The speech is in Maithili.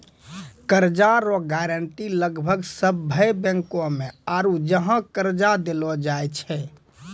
कर्जा रो गारंटी लगभग सभ्भे बैंको मे आरू जहाँ कर्जा देलो जाय छै